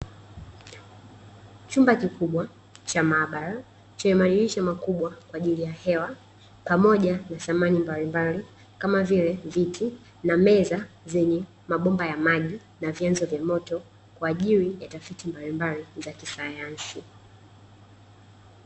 Chumba kikubwa cha maabara chenye madirisha makubwa kwa aajili ya hewa pamoja na samani mbalimbali kama vile viti na meza zenye mabomba ya maji na vyanzo vya moto kwa ajili ya tafiti mbalimbali za kisayansi.